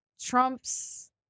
Trump's